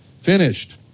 Finished